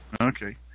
Okay